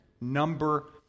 number